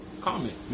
comment